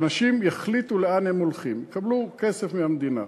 אנשים יחליטו לאן הם הולכים, ויקבלו כסף מהמדינה.